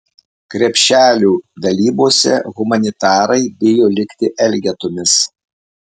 krepšelių dalybose humanitarai bijo likti elgetomis